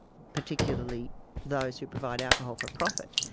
particularly those who provide alcohol for profit,